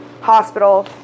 hospital